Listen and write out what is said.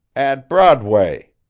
at broadway,